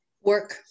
work